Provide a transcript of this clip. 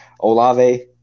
Olave